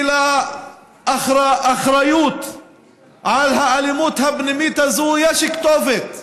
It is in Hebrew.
כי לאחריות על האלימות הפנימית הזו יש כתובת.